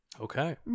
Okay